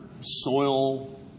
soil